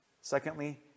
Secondly